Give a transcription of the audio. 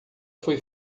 foi